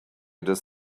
does